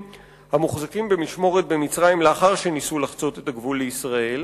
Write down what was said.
המוחזקים במשמורת במצרים לאחר שניסו לחצות את הגבול לישראל,